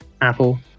Apple